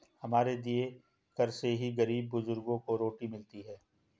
हमारे दिए कर से ही गरीब बुजुर्गों को रोटी मिलती है